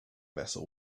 vessel